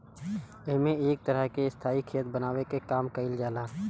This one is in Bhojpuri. एमे एक तरह के स्थाई खेत बनावे के काम कईल जाला